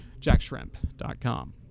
jackshrimp.com